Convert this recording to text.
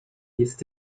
jest